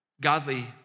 godly